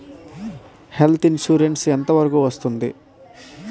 Health insurance ఎంత వరకు వస్తుంది?